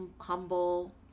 humble